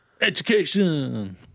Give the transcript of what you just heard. Education